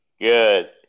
Good